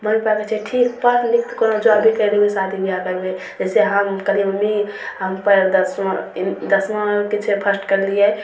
mummy papa कहै छै ठीक पढ़ लिख तऽ कोनो जॉब भी करि लेबही शादी बिआह करबै से हम कहलिए मम्मी हमपर दसमे इन दसमामे कि छै फस्र्ट करलिए